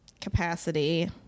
capacity